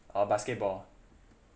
or basketball